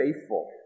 faithful